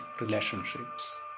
relationships